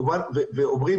ואומרים,